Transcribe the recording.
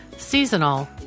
Seasonal